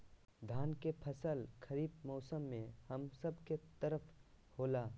धान के फसल खरीफ मौसम में हम सब के तरफ होला